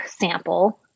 sample